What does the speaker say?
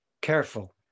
careful